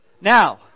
Now